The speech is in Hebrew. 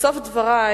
בסוף דברי